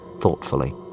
thoughtfully